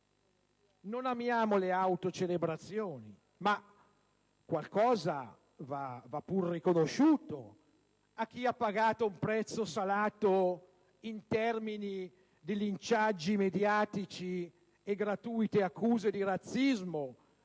non amiamo le autocelebrazioni, ma qualcosa va pur riconosciuto a chi ha pagato un prezzo salato in termini di linciaggi mediatici e gratuite accuse di razzismo